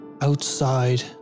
Outside